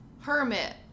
hermit